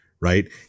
right